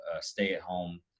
stay-at-home